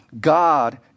God